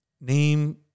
name